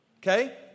okay